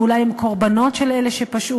ואולי הם קורבנות של אלה שפשעו,